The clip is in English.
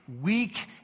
weak